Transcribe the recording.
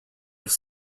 have